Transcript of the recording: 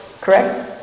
correct